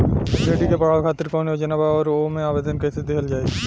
बेटी के पढ़ावें खातिर कौन योजना बा और ओ मे आवेदन कैसे दिहल जायी?